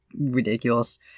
ridiculous